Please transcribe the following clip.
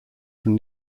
from